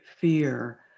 fear